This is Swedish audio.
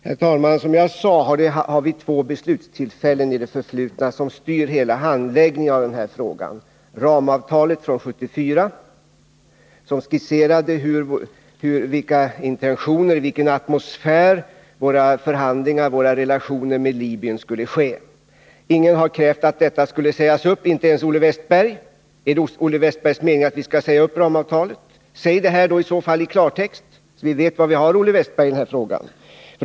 Herr talman! Som jag sade är det två beslutstillfällen i det förflutna som styr hela handläggningen av den här frågan. Det första är ramavtalet från 1974, som skisserade intentionerna och atmosfären för våra relationer med Libyen. Ingen har krävt att detta avtal skulle sägas upp — inte ens Olle Wästberg. Är det Olle Wästbergs mening att vi skall säga upp ramavtalet? Säg det i så fall i klartext, så att vi vet var vi har Olle Wästberg i den frågan.